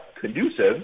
conducive